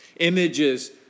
Images